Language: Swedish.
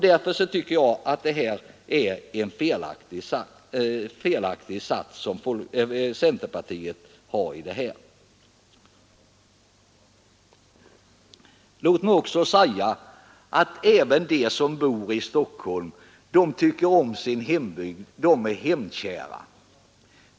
Därför tycker jag att centerpartiets inställning är felaktig. Låt mig också säga att även de som bor i Stockholm tycker om sin hembygd. De människorna är också hemkära.